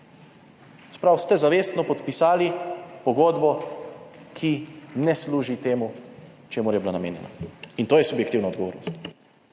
pravi, ste zavestno podpisali pogodbo, ki ne služi temu čemur je bila namenjena in to je subjektivna odgovornost.